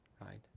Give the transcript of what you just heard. right